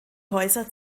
häuser